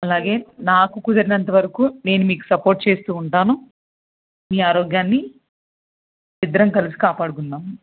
అలాగే నాకు కుదిరినంత వరకు నేను మీకు సపోర్ట్ చేస్తూ ఉంటాను మీ ఆరోగ్యాన్ని ఇద్దరం కలిసి కాపాడుకుందాము